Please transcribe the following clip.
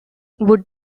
would